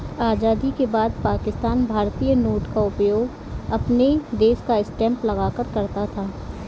आजादी के बाद पाकिस्तान भारतीय नोट का उपयोग अपने देश का स्टांप लगाकर करता था